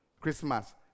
Christmas